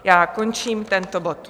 Já končím tento bod.